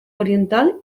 oriental